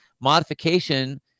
modification